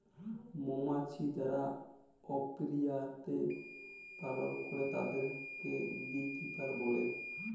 মমাছি যারা অপিয়ারীতে পালল করে তাদেরকে বী কিপার বলে